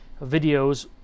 videos